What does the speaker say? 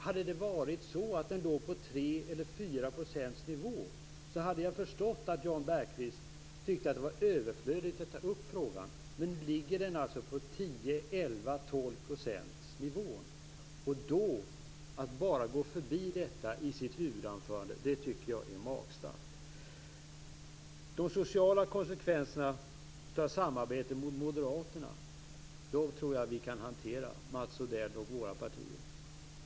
Hade det varit så att arbetslösheten legat på tre eller fyra procents nivå så hade jag förstått om Jan Bergqvist tyckt att det var överflödigt att ta upp frågan. Men nu ligger den alltså på tio, elva, tolv procents nivå. Att då bara gå förbi detta i sitt huvudanförande tycker jag är magstarkt. Moderaterna tror jag att Mats Odell och jag kan hantera i våra partier.